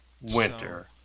winter